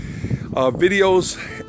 videos